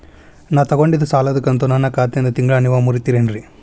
ನಾ ತೊಗೊಂಡಿದ್ದ ಸಾಲದ ಕಂತು ನನ್ನ ಖಾತೆಯಿಂದ ತಿಂಗಳಾ ನೇವ್ ಮುರೇತೇರೇನ್ರೇ?